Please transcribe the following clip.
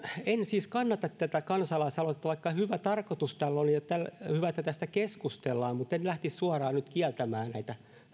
en siis kannata tätä kansalaisaloitetta vaikka hyvä tarkoitus tällä oli ja hyvä että tästä keskustellaan mutta en lähtisi suoraan nyt kieltämään näitä